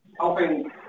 helping